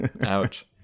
ouch